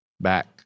Back